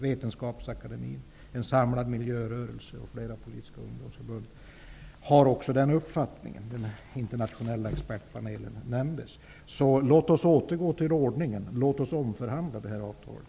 Vetenskapsakademin, en samlad miljörörelse och flera politiska ungdomsförbund har också denna uppfattning. Den internationella expertpanelen nämndes. Låt oss återgå till ordningen! Låt oss omförhandla det här avtalet!